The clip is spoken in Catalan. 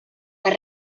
per